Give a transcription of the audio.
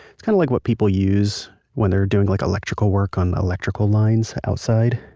it's kinda like what people use when they're doing like electrical work on electrical lines outside.